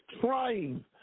trying